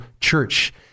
Church